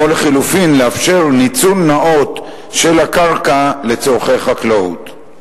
או לחלופין לאפשר ניצול נאות של הקרקע לצורכי חקלאות.